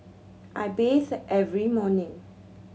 I bathe every morning